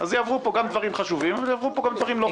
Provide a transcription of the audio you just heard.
אז יעברו פה גם דברים חשובים אבל יעברו גם דברים לא חשובים.